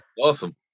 Awesome